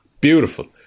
beautiful